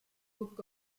book